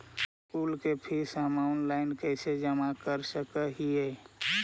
School के fees हम online कैसे जमा कर सक हिय?